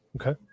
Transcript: Okay